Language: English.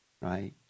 right